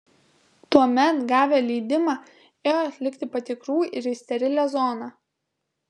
tuomet gavę leidimą ėjo atlikti patikrų ir į sterilią zoną